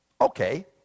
Okay